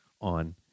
on